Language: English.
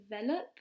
develop